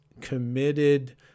committed